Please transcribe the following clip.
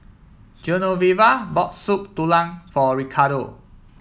Genoveva bought Soup Tulang for Ricardo